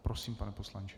Prosím, pane poslanče.